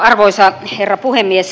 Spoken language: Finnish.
arvoisa herra puhemies